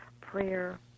prayer